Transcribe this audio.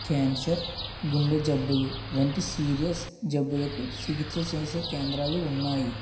cancer గుండె జబ్బులు వంటి సీరియస్ జబ్బులకు చికిత్స చేసే కేంద్రాలు ఉన్నాయ్